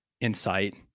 insight